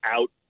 out